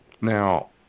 Now